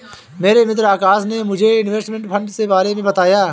मेरे मित्र आकाश ने मुझे इनवेस्टमेंट फंड के बारे मे बताया